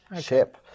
ship